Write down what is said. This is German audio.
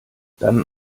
dann